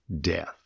death